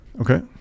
Okay